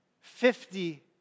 fifty